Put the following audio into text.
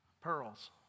pearls